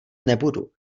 nebudu